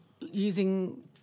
using